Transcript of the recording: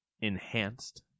Enhanced